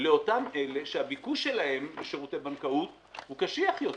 לאותם אלה שהביקוש שלהם לשירותי בנקאות הוא קשיח יותר,